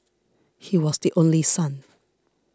he was the only son